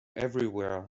everywhere